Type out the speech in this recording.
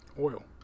Oil